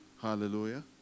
Hallelujah